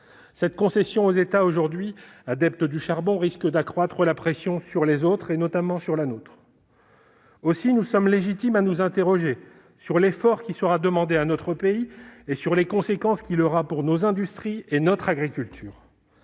Cette concession aux États aujourd'hui adeptes du charbon risque d'accroître la pression sur les autres, notamment sur la France. Aussi pouvons-nous légitimement nous interroger sur l'effort qui sera demandé à notre pays et sur ses conséquences pour nos industries et notre agriculture.